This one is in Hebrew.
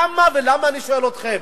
למה ולמה, אני שואל אתכם.